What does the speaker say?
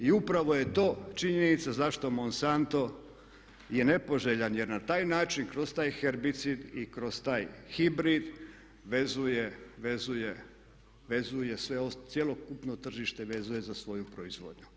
I upravo je to činjenica zašto monsanto je nepoželjan, jer na taj način kroz taj herbicid i kroz taj hibrid vezuje sve, cjelokupno tržište vezuje za svoju proizvodnju.